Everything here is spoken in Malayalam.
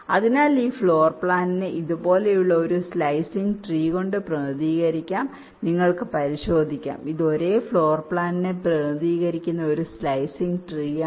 അതിനാൽ ഈ ഫ്ലോർ പ്ലാനിനെ ഇതുപോലുള്ള ഒരു സ്ലൈസിംഗ് ട്രീ കൊണ്ട് പ്രതിനിധീകരിക്കാം നിങ്ങൾക്ക് പരിശോധിക്കാം ഇത് ഒരേ ഫ്ലോർ പ്ലാനെ പ്രതിനിധീകരിക്കുന്ന ഒരു സ്ലൈസിംഗ് ട്രീ ആണ്